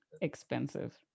Expensive